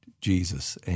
Jesus